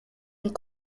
and